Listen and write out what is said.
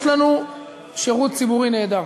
יש לנו שירות ציבורי נהדר,